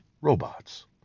robots